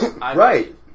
Right